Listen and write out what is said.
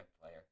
player